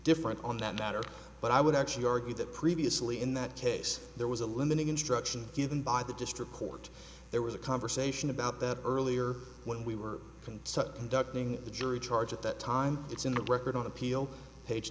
different on that matter but i would actually argue that previously in that case there was a limiting instruction given by the district court there was a conversation about that earlier when we were in such conducting the jury charge at that time it's in the record on appeal page